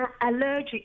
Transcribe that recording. allergic